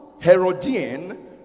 Herodian